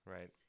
Right